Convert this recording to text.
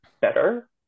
better